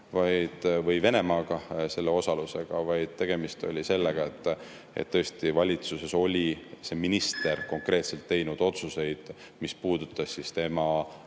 või Venemaaga, vaid tegemist oli sellega, et valitsuses oli see minister konkreetselt teinud otsuseid, mis puudutasid tema